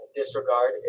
disregard